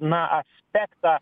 na aspektą